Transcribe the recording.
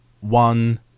one